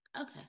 Okay